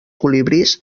colibrís